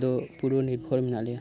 ᱫᱚ ᱯᱩᱨᱟᱹ ᱱᱤᱨᱵᱷᱚᱨ ᱢᱮᱱᱟᱜ ᱞᱮᱭᱟ